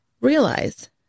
realize